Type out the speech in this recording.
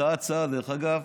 דרך אגב,